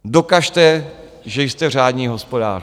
Dokažte, že jste řádní hospodáři.